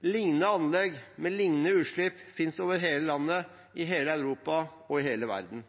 Lignende anlegg med lignende utslipp finnes over hele landet, i hele Europa og i hele verden.